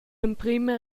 emprema